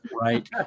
Right